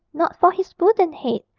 not for his wooden head,